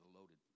loaded